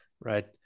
Right